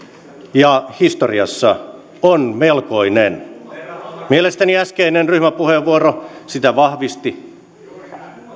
ja historiassa on melkoinen mielestäni äskeinen ryhmäpuheenvuoro sitä vahvisti